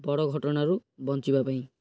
ବଡ଼ ଘଟଣାରୁ ବଞ୍ଚିବା ପାଇଁ